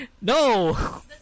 No